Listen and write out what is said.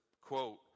quote